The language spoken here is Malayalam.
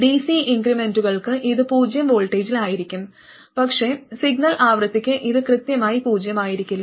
dc ഇൻക്രിമെന്റുകൾക്ക് ഇത് പൂജ്യം വോൾട്ടേജിലായിരിക്കും പക്ഷേ സിഗ്നൽ ആവൃത്തിക്ക് ഇത് കൃത്യമായി പൂജ്യമായിരിക്കില്ല